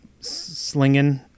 slinging